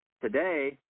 Today